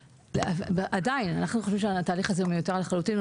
אנחנו חושבים שהתהליך הזה הוא מיותר לחלוטין,